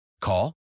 Call